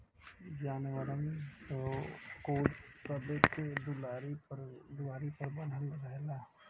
जानवरन त कुल सबे के दुआरी पर बँधल रहेला